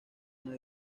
una